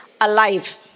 alive